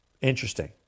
Interesting